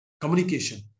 communication